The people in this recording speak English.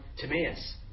timaeus